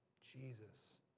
Jesus